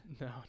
No